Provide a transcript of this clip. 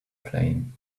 playing